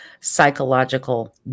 psychological